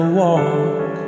walk